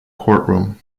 courtroom